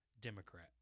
Democrat